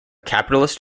capitalist